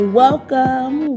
welcome